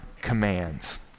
commands